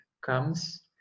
comes